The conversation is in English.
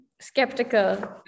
skeptical